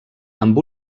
amb